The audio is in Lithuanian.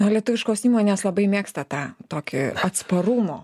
nu lietuviškos įmonės labai mėgsta tą tokį atsparumo